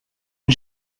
une